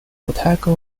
otago